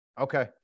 Okay